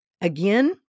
again